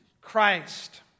Christ